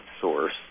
source